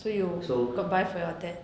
so